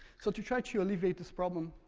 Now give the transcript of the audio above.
so to try to alleviate this problem,